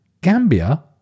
Gambia